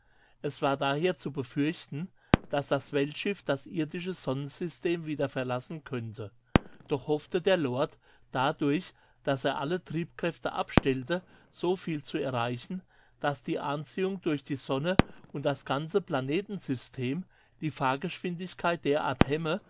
es war daher zu befürchten daß das weltschiff das irdische sonnensystem wieder verlassen könnte doch hoffte der lord dadurch daß er alle triebkräfte abstellte so viel zu erreichen daß die anziehung durch die sonne und das ganze planetensystem die fahrgeschwindigkeit derart hemme